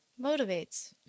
Motivates